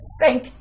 thank